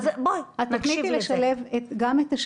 אז בואי, תגידי את זה.